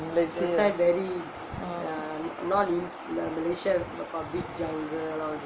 malaysia